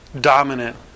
dominant